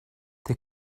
they